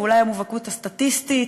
ואולי המובהקות הסטטיסטית